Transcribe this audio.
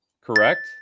Correct